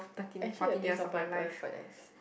actually the taste of pineapple quite nice